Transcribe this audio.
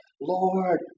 Lord